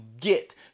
get